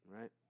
right